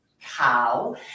cow